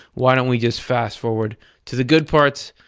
why don't we just fast forward to the good parts?